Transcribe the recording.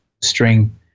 string